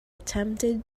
attempted